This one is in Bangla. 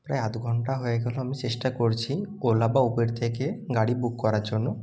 প্রায় আধ ঘন্টা হয়ে গেল আমি চেষ্টা করছি ওলা বা উবের থেকে গাড়ি বুক করার জন্য